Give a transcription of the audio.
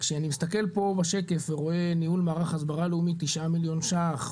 כשאני מסתכל פה בשקף ורואה ניהול מערך הסברה בינלאומי תשעה מיליון ₪,